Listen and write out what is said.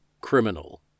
criminal